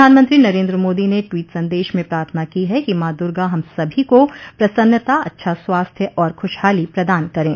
प्रधानमंत्री नरेंद्र मोदी ने ट्वीट संदेश में प्रार्थना की है कि मां दुर्गा हम सभी को प्रसन्नता अच्छा स्वास्थ्य और खुशहाली प्रदान करें